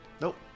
Nope